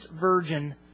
virgin